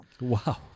Wow